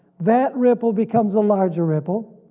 that ripple becomes a larger ripple,